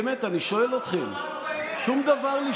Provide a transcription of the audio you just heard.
באמת אני שואל אתכם, לא לשמוע שום דבר?